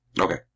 Okay